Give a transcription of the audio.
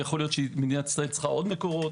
יכול להיות שמדינת ישראל צריכה עוד מקורות.